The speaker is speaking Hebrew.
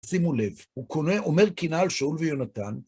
שימו לב, הוא קונה... אומר קינה על שאול ויהונתן...